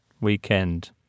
weekend